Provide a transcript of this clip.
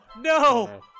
no